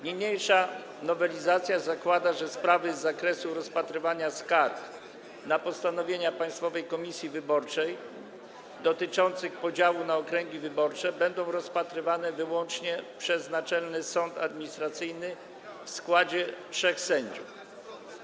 Niniejsza nowelizacja zakłada, że sprawy z zakresu rozpatrywania skarg na postanowienia Państwowej Komisji Wyborczej dotyczących podziału na okręgi wyborcze będą rozpatrywane wyłącznie przez Naczelny Sąd Administracyjny w składzie trzech sędziów.